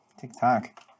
TikTok